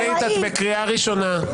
אורית, את בקריאה ראשונה.